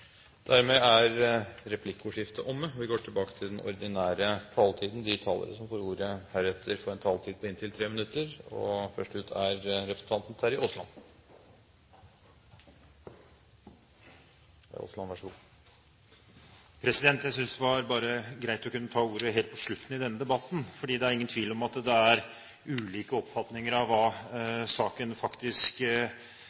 Dermed er replikkordskiftet omme. De talere som heretter får ordet, har en taletid på inntil 3 minutter. Jeg synes bare det var greit å kunne ta ordet helt på slutten i denne debatten, for det er ingen tvil om at det er ulike oppfatninger av hva